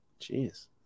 jeez